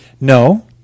No